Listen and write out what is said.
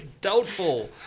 Doubtful